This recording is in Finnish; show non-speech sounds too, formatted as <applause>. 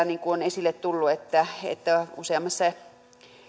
<unintelligible> niin kuin on esille tullut useammassa